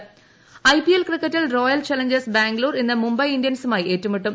IPL IPL ക്രിക്കറ്റിൽ Royal Challengers Bangalore ഇന്ന് മുംബൈ ഇന്ത്യൻസുമയി ഏറ്റുമുട്ടും